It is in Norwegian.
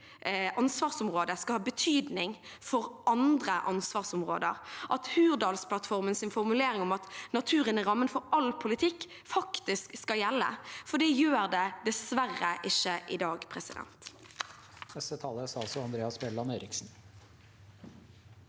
ansvarsområde skal ha betydning for andre ansvarsområder, og at Hurdalsplattformens formulering om at naturen er rammen for all politikk, faktisk skal gjelde, for det gjør det dessverre ikke i dag.